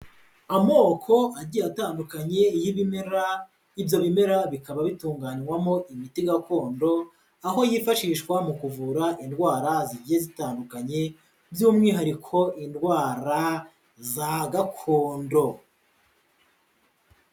Amoko agiye atandukanye y'ibimera, ibyo bimera bikaba bitunganywamo imiti gakondo, aho yifashishwa mu kuvura indwara zigiye zitandukanye, by'umwihariko indwara za gakondo.